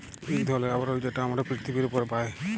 ইক ধরলের আবরল যেট আমরা পিরথিবীর উপরে পায়